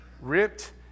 Ripped